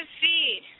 feed